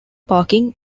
parking